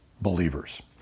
believers